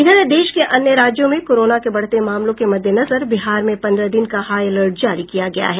देश के अन्य राज्यों में कोरोना के बढते मामलों के मद्देनजर बिहार में पन्द्रह दिन का हाईअलर्ट जारी किया गया है